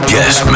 Yes